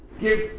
give